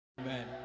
Amen